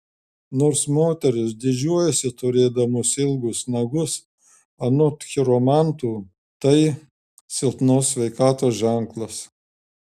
nors moterys didžiuojasi turėdamos ilgus nagus anot chiromantų tai silpnos sveikatos ženklas